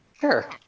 sure